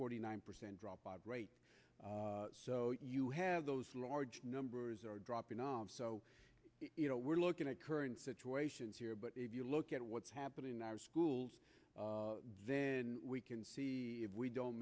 forty nine percent dropout rate so you have those large numbers are dropping off so you know we're looking at current situations here but if you look at what's happening in our schools then we can see if we don't